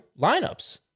lineups